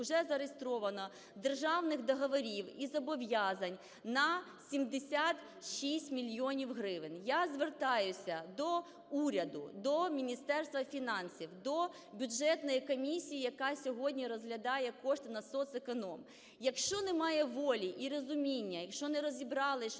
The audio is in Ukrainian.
уже зареєстровано державних договорів і зобов'язань на 76 мільйонів гривень. Я звертаюсь до уряду, до Міністерства фінансів, до бюджетної комісії, яка сьогодні розглядає кошти на соцеконом. Якщо немає волі і розуміння, якщо не розібрались,